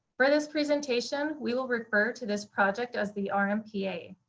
for this presentation, we will refer to this project as the um rmpa.